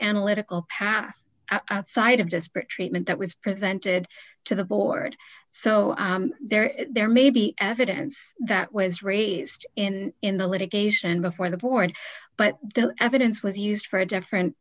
analytical path outside of disparate treatment that was presented to the board so there is there may be evidence that was raised in in the litigation before the board but the evidence was used for a different